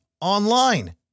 online